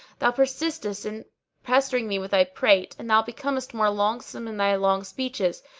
thou persistest in pestering me with thy prate and thou becomest more longsome in thy long speeches,